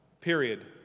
period